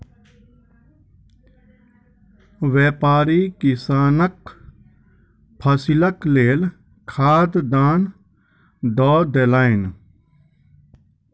व्यापारी किसानक फसीलक लेल खाद दान दअ देलैन